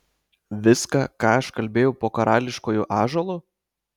viską ką aš kalbėjau po karališkuoju ąžuolu